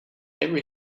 every